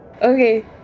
Okay